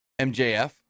MJF